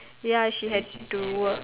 ya she had to work